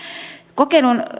kokeilun